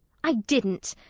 i didn't.